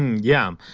yeah.